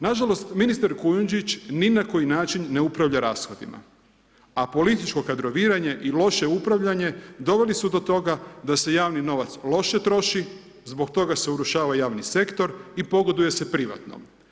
Nažalost, ministar Kujundžić ni na koji način ne upravlja rashodima a političko kadroviranje i loše upravljanje doveli su do toga da se javni novac loše troši, zbog toga se urušava javni sektor i pogoduje se privatnom.